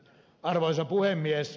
arvoisa puhemies